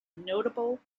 notable